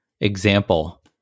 example